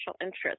interest